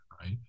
right